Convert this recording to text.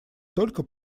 только